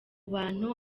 bantu